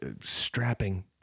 strapping